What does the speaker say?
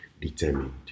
determined